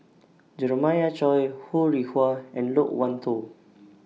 Jeremiah Choy Ho Rih Hwa and Loke Wan Tho